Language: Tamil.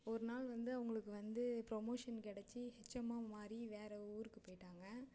ஒரு நாள் வந்து அவங்களுக்கு வந்து ப்ரோமோஷன் கிடச்சி ஹெச்எம்மாக மாறி வேற ஊருக்கு போயிட்டாங்க